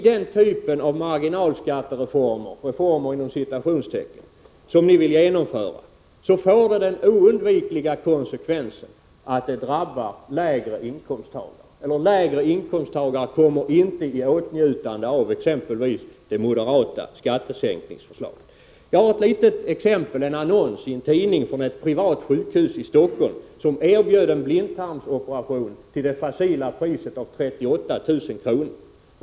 Den typ av ”marginalskattereform” som ni vill genomföra får oundvikligen konsekvenser som drabbar lägre inkomsttagare. Jag har ett litet exempel. Det är en annons från ett privat sjukhus i Stockholm som erbjuder en blindtarmsoperation till det facila priset av 38 000 kr.